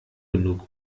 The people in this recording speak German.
genug